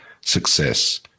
success